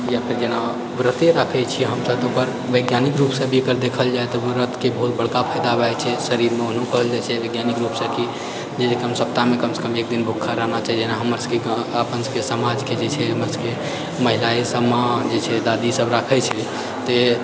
या फिर जेना व्रते राखै छियै हम सभ तऽ ओकर वैज्ञानिक रूपसँ भी देखल जाइ तऽ व्रतके बहुत बड़का फायदा होइ छै ओहुनो कहल जाइ छै वैज्ञानिक रूपसँ कि जे सप्ताहमे कमसँ कम एक दिन भूखा रहना चाहिए जेना हमर सभके अपन सभके समाजके जेछै हमर सभ महिला सभ दादी सभ राखै छै